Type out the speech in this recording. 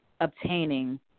obtaining